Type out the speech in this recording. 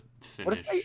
finish